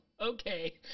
okay